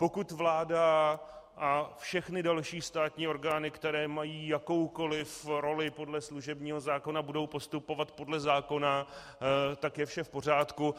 Pokud vláda a všechny další státní orgány, které mají jakoukoli roli podle služebního zákona, budou postupovat podle zákona, tak je vše v pořádku.